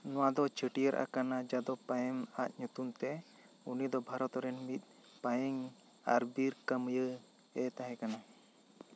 ᱱᱚᱣᱟ ᱫᱚ ᱪᱷᱟᱴᱹᱭᱟᱹᱨ ᱟᱠᱟᱱᱟ ᱡᱟᱫᱚᱵᱽ ᱯᱟᱭᱮᱝ ᱟᱜ ᱧᱩᱛᱩᱢ ᱛᱮ ᱩᱱᱤ ᱫᱚ ᱵᱷᱟᱨᱚᱛ ᱨᱮᱱ ᱢᱤᱫ ᱯᱟᱭᱮᱝ ᱟᱨ ᱵᱤᱨ ᱠᱟᱹᱢᱭᱟᱹ ᱮ ᱛᱟᱦᱮᱸ ᱠᱟᱱᱟ